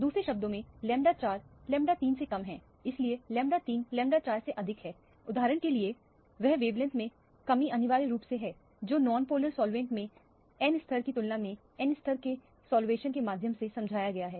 दूसरे शब्दों में लैम्ब्डा 4 लैम्बडा 3 से कम है इसलिए लैम्बडा 3 लैम्बडा 4 से अधिक है उदाहरण के लिए में वह वेवलेंथ मैं कमी अनिवार्य रूप से है जो नॉनपोलर सॉल्वेंट मैं n स्तर की तुलना में n स्तर के सॉल्वैंशन के माध्यम से समझाया गया है